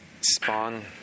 spawn